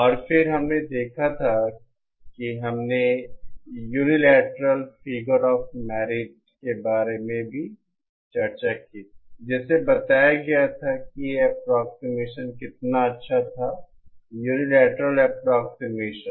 और फिर हमने देखा था कि हमने यूनिलैटरल फिगर ऑफ मेरिट के बारे में भी चर्चा की थी जिसमें बताया गया था कि एप्रोक्सीमेशन कितना अच्छा था यूनिलैटरल एप्रोक्सीमेशन